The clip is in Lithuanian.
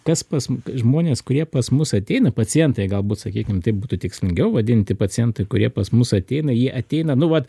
pas pas mu žmonės kurie pas mus ateina pacientai galbūt sakykim taip būtų tikslingiau vadinti pacientai kurie pas mus ateina jie ateina nu vat